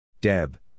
Deb